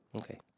Okay